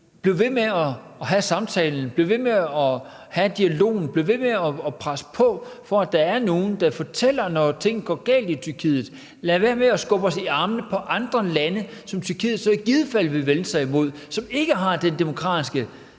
blive ved med at have samtalen, blive ved med at have dialogen, blive ved med at presse på, for at der er nogle, der fortæller, når ting går galt i Tyrkiet, og lade være med at skubbe dem i armene på andre lande, som Tyrkiet så i givet fald vil vende sig imod, som ikke har den demokratiske